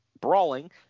brawling